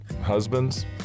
Husbands